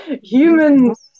Humans